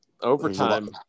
Overtime